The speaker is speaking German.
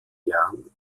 jahren